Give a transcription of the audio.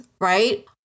right